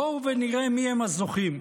בואו נראה מיהם הזוכים: